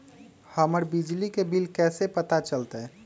हमर बिजली के बिल कैसे पता चलतै?